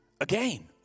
again